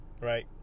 Right